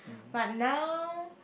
but now